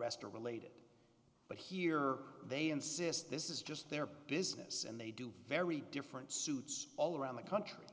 rest are related but here they insist this is just their business and they do very different suits all around the country